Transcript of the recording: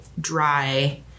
dry